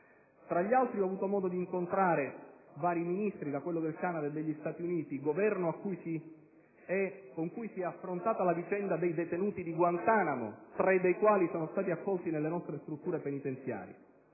multilaterali. Ho avuto modo di incontrare vari Ministri: tra gli altri quelli del Canada e degli Stati Uniti, Governo quest'ultimo con cui si è affrontata la vicenda dei detenuti di Guantanamo, tre dei quali sono stati accolti nelle nostre strutture penitenziarie.